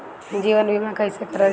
जीवन बीमा कईसे करल जाला?